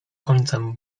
końcem